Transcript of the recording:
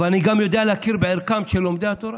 אבל אני גם יודע להכיר בערכם של לומדי התורה.